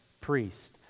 priest